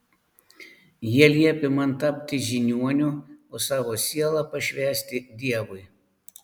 jie liepė man tapti žiniuoniu o savo sielą pašvęsti dievui